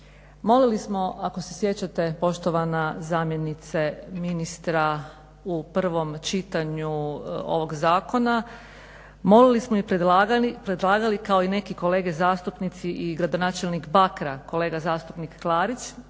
Molili smo, ako se sjećate poštovana zamjenice ministra u prvom čitanju ovog zakona, molili smo i predlagali kao i neke kolege zastupnici i gradonačelnik Bakra kolega zastupnik Klarić